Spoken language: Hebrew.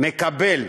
מקבל,